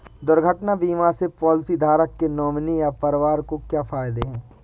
दुर्घटना बीमा से पॉलिसीधारक के नॉमिनी या परिवार को क्या फायदे हैं?